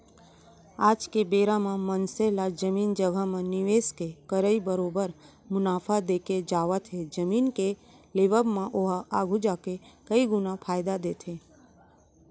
आज के बेरा म मनसे ला जमीन जघा म निवेस के करई बरोबर मुनाफा देके जावत हे जमीन के लेवब म ओहा आघु जाके कई गुना फायदा देथे